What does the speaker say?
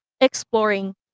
exploring